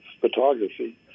photography